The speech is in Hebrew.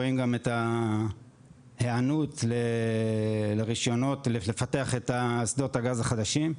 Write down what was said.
רואים גם את ההיענות לרישיונות לפתח את שדות הגז החדשים,